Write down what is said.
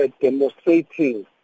demonstrating